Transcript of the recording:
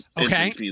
Okay